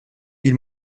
ils